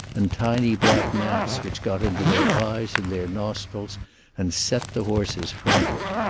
and tiny black gnats which got into their eyes and their nostrils and set the horses frantic.